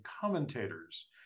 commentators